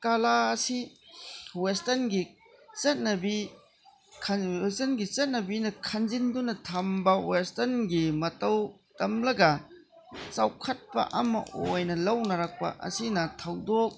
ꯀꯂꯥ ꯑꯁꯤ ꯋꯦꯁꯇꯔꯟꯒꯤ ꯆꯠꯅꯕꯤ ꯋꯦꯁꯇꯔꯟꯒꯤ ꯆꯠꯅꯕꯤꯅ ꯈꯟꯖꯤꯟꯗꯨꯅ ꯊꯝꯕ ꯋꯦꯁꯇꯔ꯭ꯟꯒꯤ ꯃꯇꯧ ꯇꯝꯂꯒ ꯆꯥꯎꯈꯠꯄ ꯑꯃ ꯑꯣꯏꯅ ꯂꯧꯅꯔꯛꯄ ꯑꯁꯤꯅ ꯊꯧꯗꯣꯛ